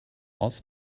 aus